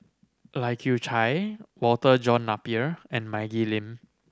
Lai Kew Chai Walter John Napier and Maggie Lim